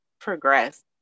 Progress